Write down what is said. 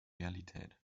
realität